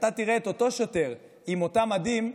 כשאתה תראה את אותו שוטר באותם מדים,